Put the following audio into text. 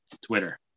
Twitter